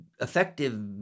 effective